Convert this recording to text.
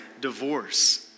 divorce